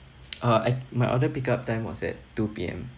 uh at my other pick up time was at two P_M